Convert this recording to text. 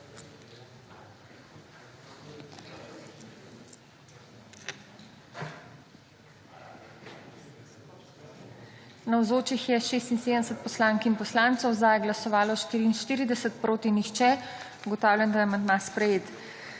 Navzočih je 78 poslank in poslancev, za je glasovalo 41, proti 35. Ugotavljam, da je predlog sprejet.